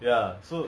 H_D_B ah